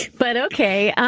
but okay.